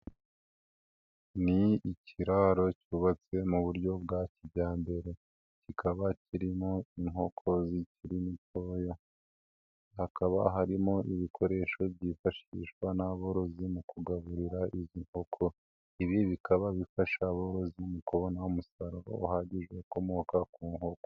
Ni ikiraro cyubatse mu buryo bwa kijyambere kikaba kirimo inkoko zikiri ntoya, hakaba harimo ibikoresho byifashishwa n'aborozi mu kugaburira izi nkoko, ibi bikaba bifasha aborozi mu kubona umusaruro uhagije ukomoka ku nkoko.